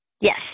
Yes